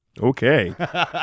Okay